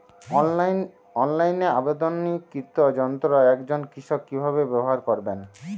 অনলাইনে আমদানীকৃত যন্ত্র একজন কৃষক কিভাবে ব্যবহার করবেন?